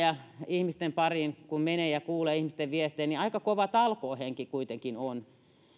ja ihmisten pariin kun menee ja kuulee ihmisten viestejä niin aika kova talkoohenki kuitenkin on